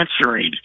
answering